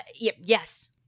yes